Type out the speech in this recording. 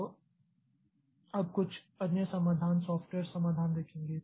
तो अब कुछ अन्य समाधान सॉफ्टवेयर समाधान देखेंगे